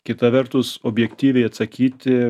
kita vertus objektyviai atsakyti